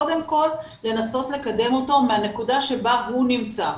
קודם כל לנסות לקדם אותו מהנקודה שבה הוא נמצא.